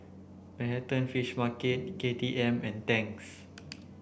Manhattan Fish Market K T M and Tangs